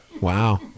Wow